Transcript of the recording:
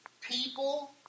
people